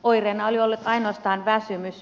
oireena oli ollut ainoastaan väsymys